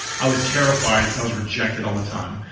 i was terrified cause i was rejected all the time,